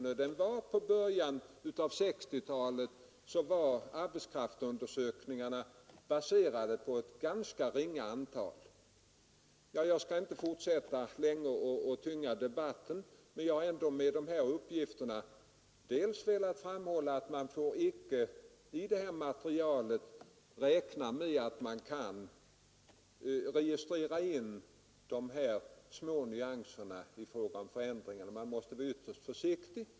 I början av 1960-talet var arbetskraftsundersökningarna baserade på ett ganska ringa antal personer. Jag skall inte förlänga debatten ytterligare, men jag har med dessa uppgifter velat framhålla att man icke får räkna med att i det här materialet kunna registrera in de små nyanserna i fråga om förändringar utan måste vara ytterst försiktig.